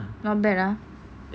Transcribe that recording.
not bad ah